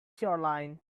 shoreline